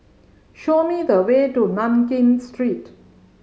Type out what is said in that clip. show me the way to Nankin Street